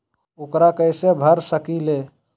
ऊकरा कैसे भर सकीले?